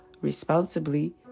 responsibly